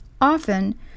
often